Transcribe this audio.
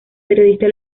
periodista